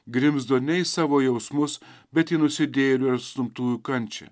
grimzdo ne į savo jausmus bet į nusidėjėlių ir atstumtųjų kančią